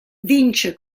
vince